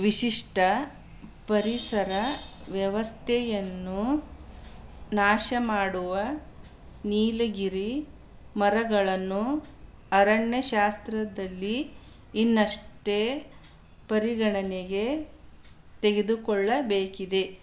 ವಿಶಿಷ್ಟ ಪರಿಸರ ವ್ಯವಸ್ಥೆಯನ್ನು ನಾಶಮಾಡುವ ನೀಲಗಿರಿ ಮರಗಳನ್ನು ಅರಣ್ಯಶಾಸ್ತ್ರದಲ್ಲಿ ಇನ್ನಷ್ಟೇ ಪರಿಗಣನೆಗೆ ತೆಗೆದುಕೊಳ್ಳಬೇಕಿದೆ